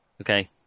Okay